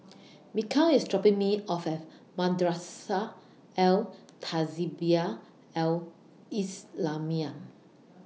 Mikal IS dropping Me off Madrasah Al Tahzibiah Al Islamiah